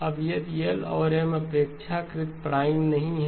अब यदि L और M अपेक्षाकृत प्राइमprime नहीं हैं